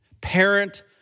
Parent